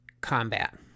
combat